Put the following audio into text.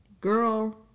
girl